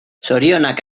zorionak